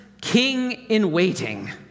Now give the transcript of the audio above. king-in-waiting